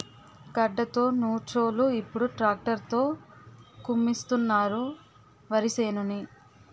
గడ్డతో నూర్చోలు ఇప్పుడు ట్రాక్టర్ తో కుమ్మిస్తున్నారు వరిసేనుని